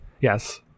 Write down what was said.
yes